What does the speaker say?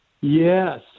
Yes